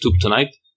tonight